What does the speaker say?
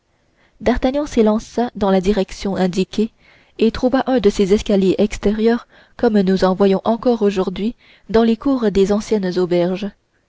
d'artagnan s'élança dans la direction indiquée et trouva un de ces escaliers extérieurs comme nous en voyons encore aujourd'hui dans les cours des anciennes auberges